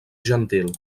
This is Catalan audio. gentil